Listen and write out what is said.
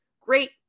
great